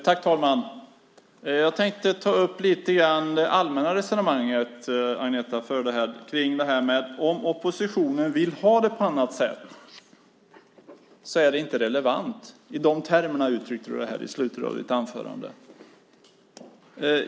Herr talman! Jag tänkte ta upp det allmänna resonemang Agneta Berliner förde här om att det inte är relevant om oppositionen vill ha det på annat sätt. Du uttryckte dig i de termerna i slutet av ditt anförande.